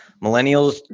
millennials